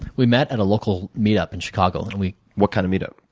we met at a local meetup in chicago and and we what kind of meet up?